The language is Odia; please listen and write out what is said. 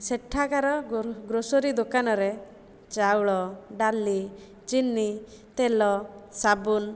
ସେଠାକାର ଗ୍ରୋସରି ଦୋକାନରେ ଚାଉଳ ଡାଲି ଚିନି ତେଲ ସାବୁନ